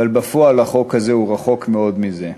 אבל בפועל, החוק הזה הוא רחוק מאוד מזה.